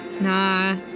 Nah